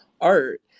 art